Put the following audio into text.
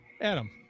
Adam